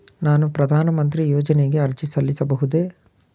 ನಾನು ಪ್ರಧಾನ ಮಂತ್ರಿ ಯೋಜನೆಗೆ ಅರ್ಜಿ ಸಲ್ಲಿಸಬಹುದೇ?